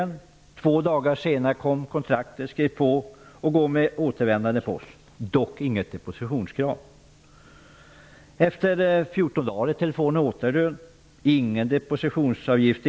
Två dagar senare kom kontraktet -- dock inget depositionskrav -- det skrevs på och gick med återvändande post.